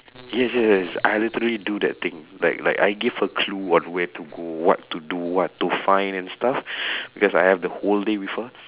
yes yes yes I literally do that thing like like I gave a clue on where to go what to do what to find and stuff because I have the whole day with her